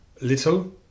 little